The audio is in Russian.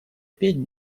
петь